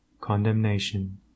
condemnation